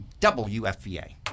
WFVA